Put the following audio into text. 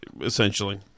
essentially